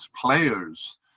players